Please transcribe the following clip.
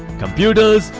computers,